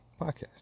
podcast